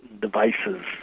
devices